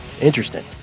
interesting